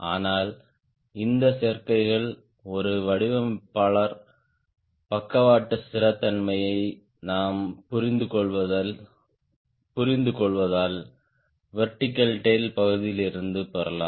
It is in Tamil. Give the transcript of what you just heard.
ஆனால் இந்த சேர்க்கைகள் ஒரு வடிவமைப்பாளர் பக்கவாட்டு ஸ்திரத்தன்மையாக நாம் புரிந்துகொள்வதால் வெர்டிகல் டேய்ல் பகுதியிலிருந்தும் பெறலாம்